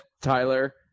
Tyler